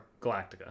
Galactica